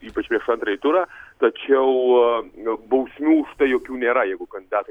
ypač prieš antrąjį turą tačiau bausmių jokių nėra jeigu kandidatai